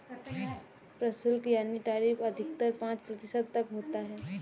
प्रशुल्क यानी टैरिफ अधिकतर पांच प्रतिशत तक होता है